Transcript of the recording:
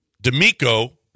D'Amico